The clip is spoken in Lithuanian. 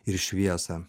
ir šviesą